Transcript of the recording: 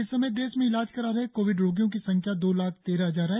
इस समय देश में इलाज करा रहे कोविड रोगियों की संख्या दो लाख तेरह हजार है